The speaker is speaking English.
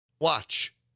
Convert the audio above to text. Watch